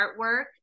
artwork